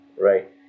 right